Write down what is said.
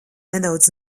nedaudz